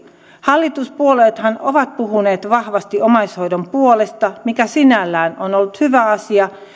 hallituspuolueethan ovat puhuneet vahvasti omaishoidon puolesta mikä sinällään on ollut hyvä asia